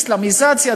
אסלאמיזציה,